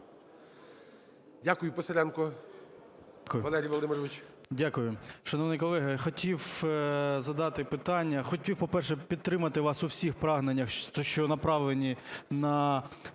Дякую. Писаренко Валерій Володимирович.